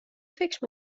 فکر